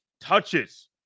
touches